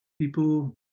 people